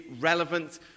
relevant